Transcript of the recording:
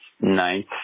ninth